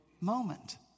moment